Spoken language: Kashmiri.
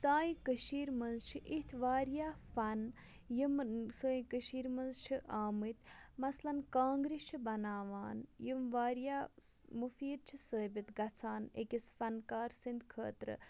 سانہِ کٔشیٖر منٛز چھِ اِتھۍ واریاہ فَن یِم سٲنۍ کٔشیٖر منٛز چھِ آمٕتۍ مَثلاً کانٛگرِ چھِ بَناوان یِم واریاہ مُفیٖد چھِ ثٲبِت گژھان أکِس فنکار سٕنٛدۍ خٲطرٕ